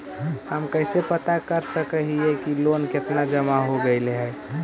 हम कैसे पता कर सक हिय की लोन कितना जमा हो गइले हैं?